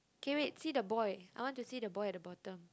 K wait see the boy I want to see the boy at the bottom